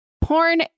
porn